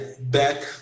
Back